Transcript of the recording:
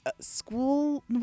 School